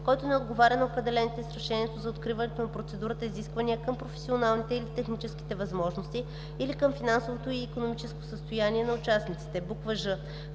който не отговаря на определените с решението за откриване на процедурата изисквания към професионалните или технически възможности, или към финансовото и икономическото състояние на участниците.“; ж) в